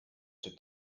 czy